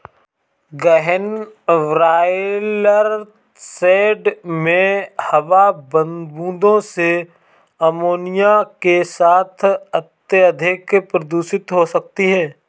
गहन broiler shed में हवा बूंदों से अमोनिया के साथ अत्यधिक प्रदूषित हो सकती है